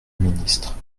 ministre